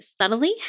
subtly